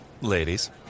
Ladies